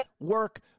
work